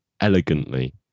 elegantly